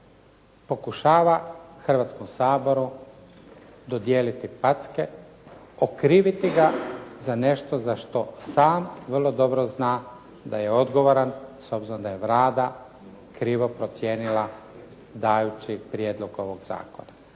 pokušava Hrvatskom saboru dodijeliti packe, okriviti ga za nešto za što sam vrlo dobro zna da je odgovoran s obzirom da je Vlada krivo procijenila dajući prijedlog ovog zakona.